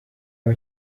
aho